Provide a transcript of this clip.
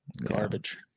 Garbage